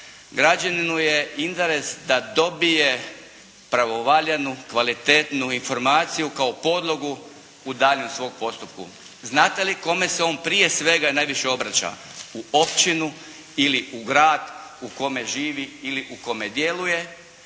građaninu je interes da dobije pravovaljanu, kvalitetnu informaciju kao podlogu u daljnjem svom postupku. Znate li kome se on prije svega najviše obraća? U općinu ili u grad u kome živi ili u kome djeluje.